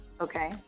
okay